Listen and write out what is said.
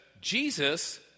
Jesus